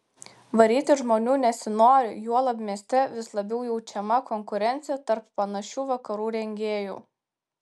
varyti žmonių nesinori juolab mieste vis labiau jaučiama konkurencija tarp panašių vakarų rengėjų